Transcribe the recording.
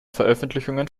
veröffentlichungen